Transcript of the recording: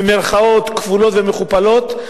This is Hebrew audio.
במירכאות כפולות ומכופלות,